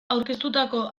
aurkeztutako